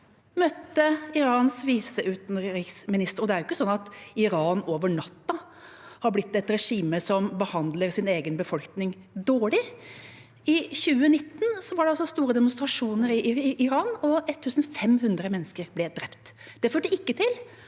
møtte Irans viseutenriksminister. Det er jo ikke sånn at Iran over natta har blitt et regime som behandler sin egen befolkning dårlig. I 2019 var det også store demonstrasjoner i Iran, og 1 500 mennesker ble drept. Det førte ikke til